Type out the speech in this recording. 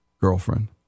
girlfriend